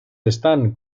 están